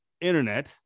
internet